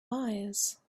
wise